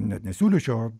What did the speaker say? net ne siūlyčiau